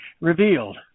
revealed